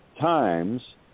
times